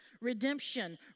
redemption